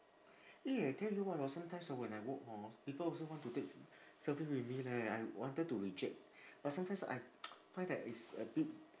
eh I tell you what hor sometimes hor when I walk hor people also want to take selfie with me leh I wanted to reject but sometimes I find that it's a bit